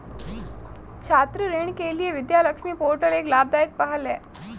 छात्र ऋण के लिए विद्या लक्ष्मी पोर्टल एक लाभदायक पहल है